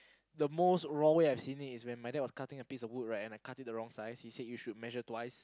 the most wrong way I've seen it is my dad was cutting a piece of wood and I cut it the wrong size he said you should measure twice